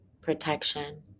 protection